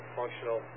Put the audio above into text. functional